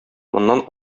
моннан